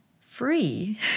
free